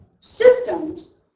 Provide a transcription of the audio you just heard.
systems